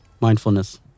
mindfulness